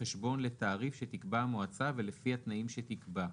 "חשבון לתעריף שתקבע המועצה ולפי התנאים שתקבע",